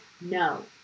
no